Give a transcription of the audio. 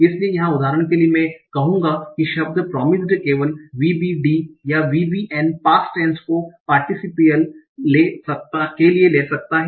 इसलिए यहाँ उदाहरण के लिए मैं कहूंगा कि शब्द प्रोमिस्ड केवल VBD या VBN पास्ट टैन्स को पार्टीसीपियल के लिए ले सकता है